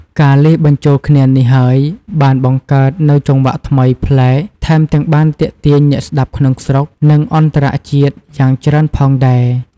ការលាយបញ្ចូលគ្នានេះហើយបានបង្កើតនូវចង្វាក់ថ្មី ប្លែក ថែមទាំងបានទាក់ទាញ អ្នកស្តាប់ក្នុងស្រុក និងអន្តរជាតិយ៉ាងច្រើនផងដែរ។